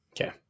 Okay